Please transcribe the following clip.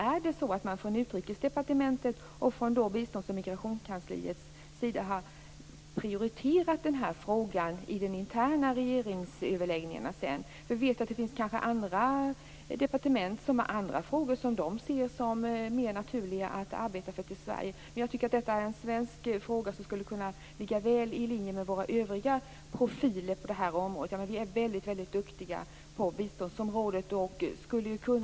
Har man från Utrikesdepartementets och från bistånds och migrationskansliets sida prioriterat den här frågan i de interna regeringsöverläggningarna? Jag vet att det finns andra departement som ser andra frågor som mer naturliga att arbeta för. Men jag tycker att detta är en svensk fråga som skulle kunna ligga väl i linje med våra övriga profiler på det här området. Vi är väldigt duktiga på biståndsområdet.